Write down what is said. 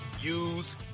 use